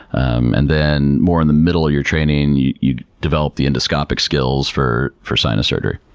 um and then more in the middle of your training, you develop the endoscopic skills for for sinus surgery.